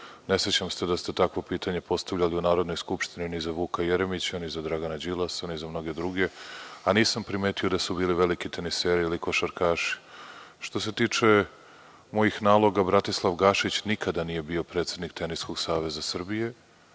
Ne sećam se da ste takvo pitanje postavljali u Narodnoj skupštini ni za Vuka Jeremića, ni za Dragana Đilasa, ni za mnoge druge, a nisam primetio da su bili veliki teniseri ili košarkaši. Što se tiče mojih naloga, Bratislav Gašić nikada nije bio predsednik Teniskog saveza Srbije,